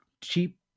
cheap